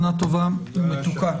שנה טובה ומתוקה.